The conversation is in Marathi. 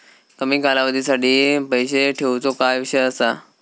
कमी कालावधीसाठी पैसे ठेऊचो काय विषय असा?